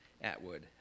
Atwood